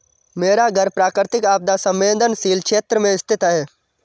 मेरा घर प्राकृतिक आपदा संवेदनशील क्षेत्र में स्थित है